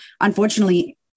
unfortunately